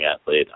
athlete